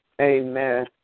Amen